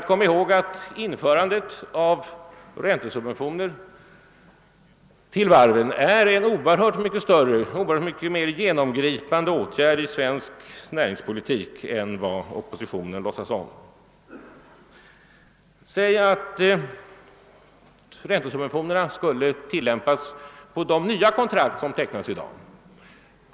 Kom ihåg att införandet av räntesubventioner till varven är en oerhört mycket. mera genomgripande åtgärd i svensk näringspolitik än vad oppositionen. låtsas om! Låt oss säga att. räntesubventioner skall tillämpas på de nya kontrakt som nu tecknas.